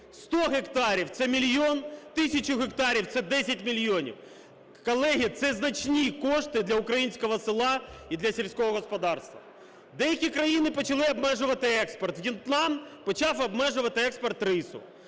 100 гектарів - це 1 мільйон, тисячу гектарів - це 10 мільйонів. Колеги, це значні кошти для українського села і для сільського господарства. Деякі країни почали обмежувати експорт, В'єтнам почав обмежувати експорт рису,